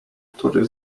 który